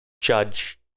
judge